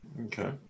Okay